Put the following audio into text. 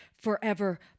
forever